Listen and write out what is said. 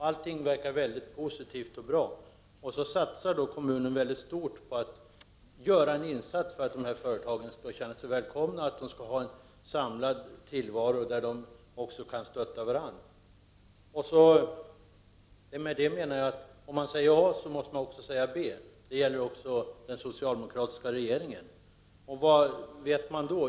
Allt verkar positivt och bra, och därför satsar kommunen mycket på att göra en insats för att företagen skall känna sig välkomna och få en samlad tillvaro, där de kan stötta varandra. Om man säger A måste man säga B — det gäller också den socialdemokra tiska regeringen. Vad har då hänt?